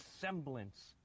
semblance